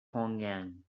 pyongyang